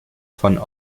von